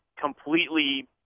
completely